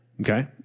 Okay